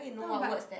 no but